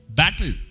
battle